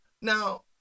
Now